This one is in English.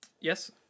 Yes